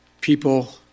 people